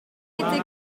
jamais